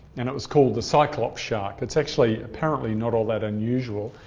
and it was called the cyclops shark. it's actually apparently not all that unusual.